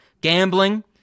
gambling